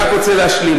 אני רק רוצה להשלים.